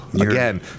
Again